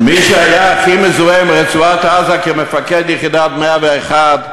מי שהיה הכי מזוהה עם רצועת-עזה כמפקד יחידת 101,